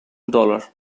dollar